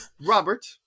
Robert